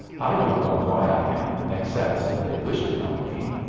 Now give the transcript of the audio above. i don't know why i am, except that they wished it on me.